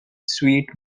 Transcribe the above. sweet